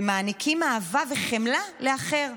ומעניקים אהבה וחמלה לאחר.